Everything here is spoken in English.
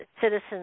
citizens